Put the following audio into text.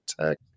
tech